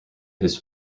his